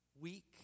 Week